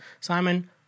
Simon